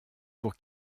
pour